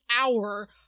hour